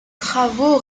travaux